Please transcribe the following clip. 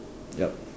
yup